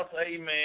Amen